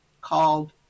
called